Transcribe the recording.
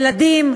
ילדים,